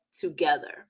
together